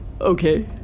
Okay